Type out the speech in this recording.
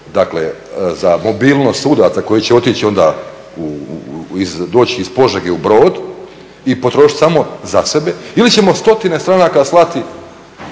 dakle za mobilnost sudaca koji će otići onda u, doći iz Požege u Brod i potrošiti samo za sebe ili ćemo stotine stranaka slati